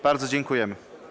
Bardzo dziękujemy.